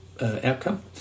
outcome